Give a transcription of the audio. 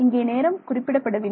இங்கே நேரம் குறிப்பிடப்படவில்லை